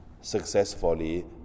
successfully